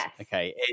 okay